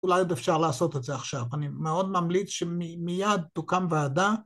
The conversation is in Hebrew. אולי עוד אפשר לעשות את זה עכשיו, אני מאוד ממליץ שמיד תוקם ועדה.